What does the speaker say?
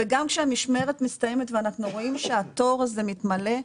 וגם כשהמשמרת מסתיימת ואנחנו רואים שהתור הה מתמלא,